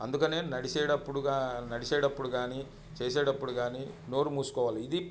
అందుకనే నడిచేటప్పుడు గా నడిచేటప్పుడు గానీ చేసేటప్పుడు గానీ నోరు మూసుకోవాలి ఇది